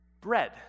bread